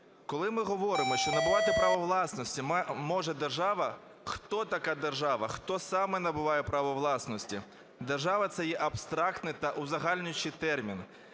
Коли ми говоримо, що набувати право власності може держава, хто така держава, хто саме набуває право власності. Держава – це є абстрактний та узагальнюючий термін.